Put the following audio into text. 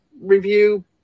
review